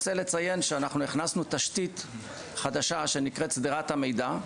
אני רוצה לציין שאנחנו הכנסנו תשתית חדשה שנקראת "שדרת המידע",